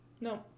no